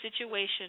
situation